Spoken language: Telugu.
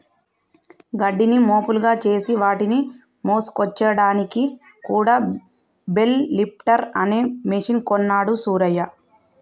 గడ్డిని మోపులుగా చేసి వాటిని మోసుకొచ్చాడానికి కూడా బెల్ లిఫ్టర్ అనే మెషిన్ కొన్నాడు సూరయ్య